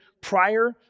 prior